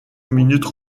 minutes